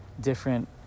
different